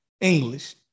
English